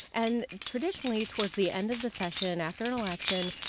and traditionally, towards the end of the session after an election,